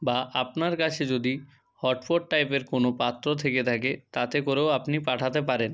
বা আপনার কাছে যদি হট পট টাইপের কোনো পাত্র থেকে থাকে তাতে করেও আপনি পাঠাতে পারেন